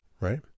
right